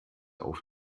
auf